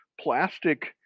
plastic